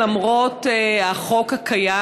למרות החוק הקיים,